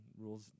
rules